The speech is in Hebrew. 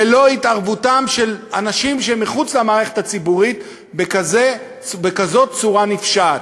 ללא התערבותם של אנשים שהם מחוץ למערכת הציבורית בכזאת צורה נפשעת?